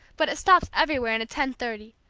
but it stops everywhere, and a ten-thirty.